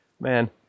Man